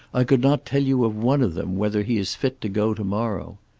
i could not tell you of one of them whether he is fit to go to-morrow.